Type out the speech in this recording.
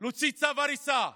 להוציא צו הריסה,